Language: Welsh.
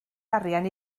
arian